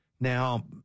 Now